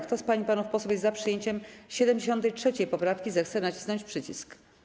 Kto z pań i panów posłów jest za przyjęciem 73. poprawki, zechce nacisnąć przycisk.